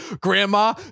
Grandma